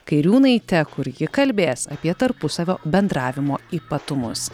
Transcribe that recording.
kairiūnaite kur ji kalbės apie tarpusavio bendravimo ypatumus